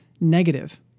negative